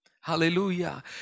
hallelujah